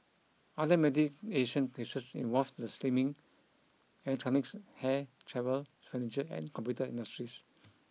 other mediation cases involved the slimming electronics hair travel furniture and computer industries